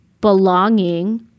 belonging